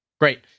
Great